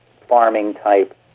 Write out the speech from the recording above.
farming-type